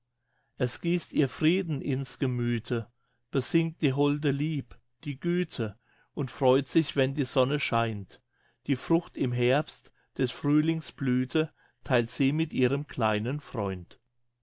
es gießt ihr frieden in's gemüthe besingt die holde lieb die güte und freut sich wenn die sonne scheint die frucht im herbst des frühlings blüthe theilt sie mit ihrem kleinen freund